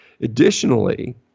Additionally